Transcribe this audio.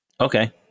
Okay